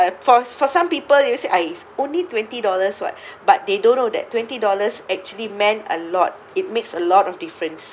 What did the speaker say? for for some people usually say ah only twenty dollars [what] but they don't know that twenty dollars actually meant a lot it makes a lot of difference